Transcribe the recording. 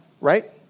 Right